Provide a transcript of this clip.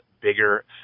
bigger